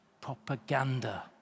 propaganda